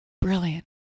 Brilliant